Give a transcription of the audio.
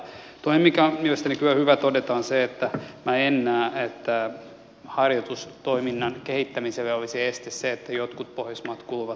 toinen mikä on mielestäni kyllä hyvä todeta on se että minä en näe että harjoitustoiminnan kehittämiselle olisi este se että jotkut pohjoismaat kuuluvat natoon